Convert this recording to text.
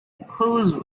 whose